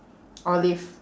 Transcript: olive